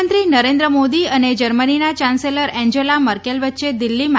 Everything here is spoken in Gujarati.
પ્રધાનમંત્રી નરેન્દ્ર મોદી અને જર્મનીના યાન્સેલર એન્જેલા મર્કેલ વચ્ચે દિલ્ફીમાં